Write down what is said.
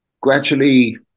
gradually